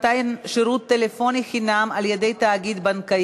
אחריות לתשלום דמי תיווך),